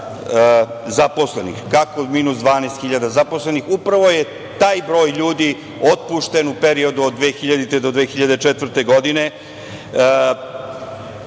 zaposlenih. Kako minus 12.000 zaposlenih? Upravo je taj broj ljudi otpušten u periodu od 2000. do 2004. godine